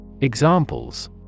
Examples